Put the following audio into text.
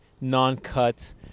non-cut